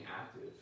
active